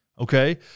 Okay